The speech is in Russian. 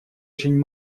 очень